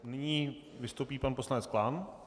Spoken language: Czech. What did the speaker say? Nyní vystoupí pan poslanec Klán.